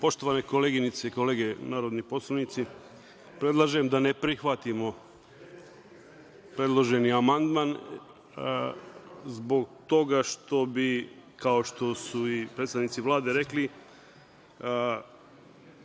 vam. Poštovane koleginice i kolege narodni poslanici, predlažem da ne prihvatimo predloženi amandman zbog toga što bi, kao što su i predstavnici Vlade rekli,